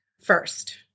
first